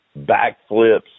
backflips